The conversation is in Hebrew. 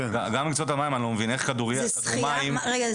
גם במקצועות המים איך כדוריד וכדור מים -- רגע,